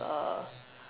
uh